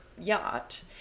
yacht